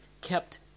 kept